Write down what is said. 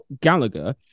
Gallagher